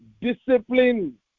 Discipline